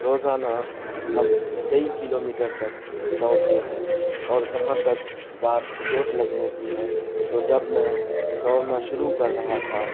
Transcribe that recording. روزانہ ہم کئی کلو میٹر تک دوڑتے ہیں اور جہاں تک بات چوٹ لگنے کی ہے تو جب میں دوڑنا شروع کر رہا تھا